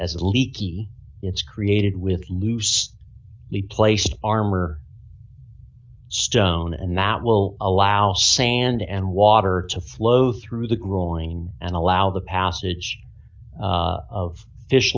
as leaky it's created with loose we placed armor stone and that will allow sand and water to flow through the growing and allow the passage of fish